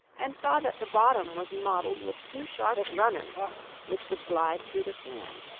and saw that the bottom was modeled with two sharp runners which would glide through the sand.